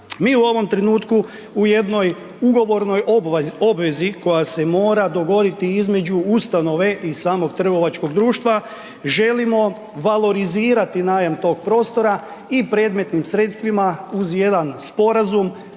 mi u ovom trenutku u jednoj ugovornom obvezi koja se mora dogoditi između ustanove i samog trgovačkog društva, želimo valorizirati najam tog prostora i predmetnim sredstvima uz jedan sporazum